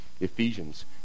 Ephesians